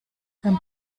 beim